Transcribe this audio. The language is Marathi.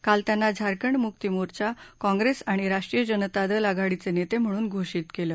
काल त्यांनाए झारखंड मुक्ती मोर्चाए काँग्रेस आणि राष्ट्रीय जनता दल आघाडीचे नेते म्हणून घोषित केलं